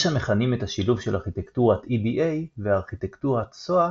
יש המכנים את השילוב של ארכיטקטורת EDA וארכיטקטורת SOA